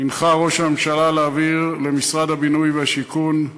הנחה ראש הממשלה להעביר למשרד הבינוי והשיכון,